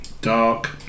dark